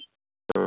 ହୁଁ